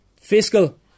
fiscal